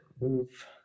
Move